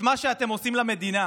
את מה שאתם עושים למדינה.